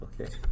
Okay